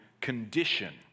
condition